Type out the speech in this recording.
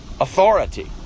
authority